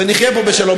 ונחיה פה בשלום.